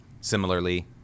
similarly